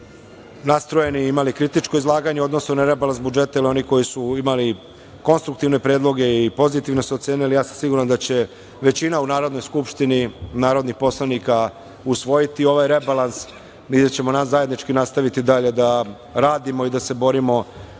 i imali kritičko izlaganje u odnosu na rebalans budžeta ili oni koji su imali konstruktivne predloge i pozitivno se ocenili. Ja sam siguran da će većina u Narodnoj skupštini narodnih poslanika usvojiti ovaj rebalans i da ćemo zajednički nastaviti dalje da radimo i da se borimo